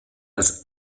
als